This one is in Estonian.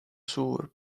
suur